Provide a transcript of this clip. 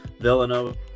Villanova